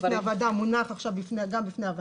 גם ליושב-ראש